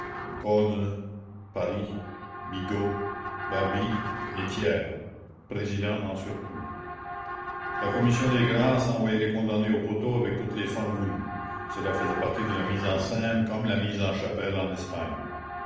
et thiers président en surplus la commission des grâces envoyait les condamnés au poteau avec toutes les formes voulues cela faisait partie de la mise en scène comme la mise en chapelle en espagne